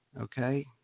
Okay